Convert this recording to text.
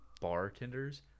bartenders